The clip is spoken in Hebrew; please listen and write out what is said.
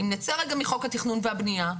אם נצא רגע מחוק התכנון והבנייה,